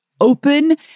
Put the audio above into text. open